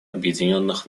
объединенных